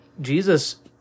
Jesus